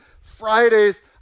Fridays